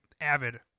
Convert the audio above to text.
avid